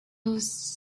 was